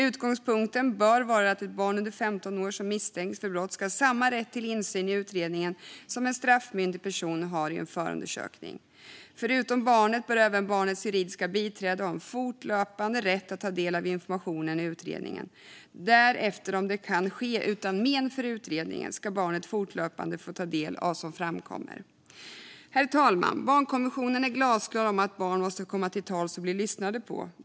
Utgångspunkten bör vara att ett barn under 15 år som misstänks för brott ska ha samma rätt till insyn i utredningen som en straffmyndig person har i en förundersökning. Förutom barnet bör även barnets juridiska biträde ha en fortlöpande rätt att ta del av information i utredningen. Därefter, om det kan ske utan men för utredningen, ska barnet fortlöpande få ta del av vad som framkommer. Herr talman! Barnkonventionen är glasklar om att barn måste få komma till tals och bli lyssnade på.